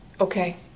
Okay